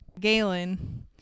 Galen